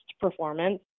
performance